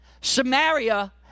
Samaria